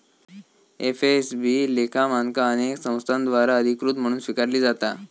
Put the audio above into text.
FASB लेखा मानका अनेक संस्थांद्वारा अधिकृत म्हणून स्वीकारली जाता